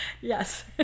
Yes